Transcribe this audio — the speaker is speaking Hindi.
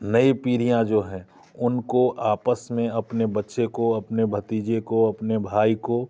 नई पीढ़ियाँ जो हैं उनको आपस में अपने बच्चे को अपने भतीजे को अपने भाई को